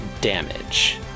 damage